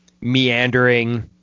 meandering